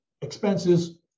expenses